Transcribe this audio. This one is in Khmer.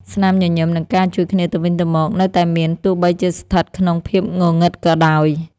ស្នាមញញឹម និងការជួយគ្នាទៅវិញទៅមក នៅតែមានទោះបីជាស្ថិតក្នុងភាពងងឹតក៏ដោយ។